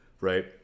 right